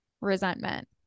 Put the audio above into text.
resentment